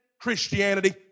Christianity